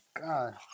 God